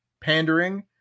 pandering